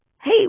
hey